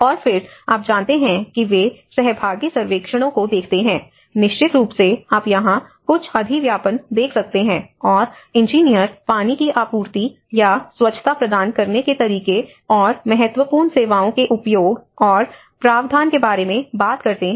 और फिर आप जानते हैं कि वे सहभागी सर्वेक्षणों को देखते हैं निश्चित रूप से आप यहां कुछ अधिव्यापन देख सकते हैं और इंजीनियर पानी की आपूर्ति या स्वच्छता प्रदान करने के तरीके और महत्वपूर्ण सेवाओं के उपयोग और प्रावधान के बारे में बात करते हैं